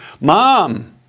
Mom